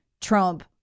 trump